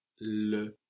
Le